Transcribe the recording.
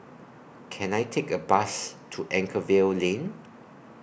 Can I Take A Bus to Anchorvale Lane